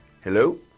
Hello